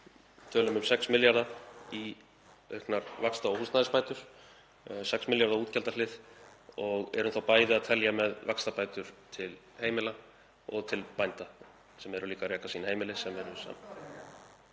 tölum um 6 milljarða í auknar vaxta- og húsnæðisbætur, 6 milljarða útgjaldahlið, og erum þá bæði að telja með vaxtabætur til heimila og til bænda sem eru líka að reka sín heimili sem …